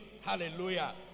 Hallelujah